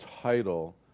title